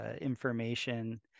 information